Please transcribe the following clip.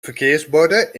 verkeersborden